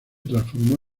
transformó